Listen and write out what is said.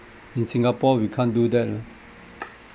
in singapore we can't do that uh